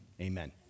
amen